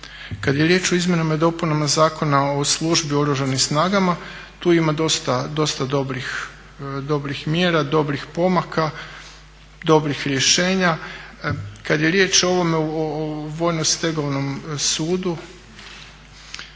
Kad je riječ o izmjenama i dopunama Zakona o službi u Oružanim snagama tu ima dosta dobrih mjera, dobrih pomaka, dobrih rješenja. Kad je riječ o ovome, o vojno-stegovnom sudu